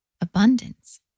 abundance